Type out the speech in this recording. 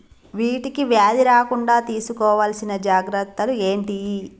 వీటికి వ్యాధి రాకుండా తీసుకోవాల్సిన జాగ్రత్తలు ఏంటియి?